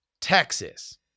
Texas